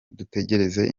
dutegereze